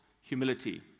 humility